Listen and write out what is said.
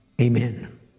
Amen